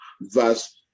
verse